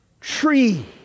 tree